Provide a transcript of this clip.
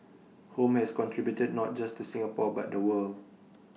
home has contributed not just to Singapore but the world